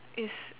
is